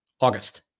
August